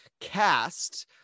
cast